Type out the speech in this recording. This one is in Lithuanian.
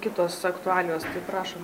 kitos aktualijos tai prašom